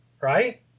right